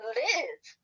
live